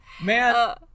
Man